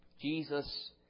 Jesus